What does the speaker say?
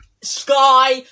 sky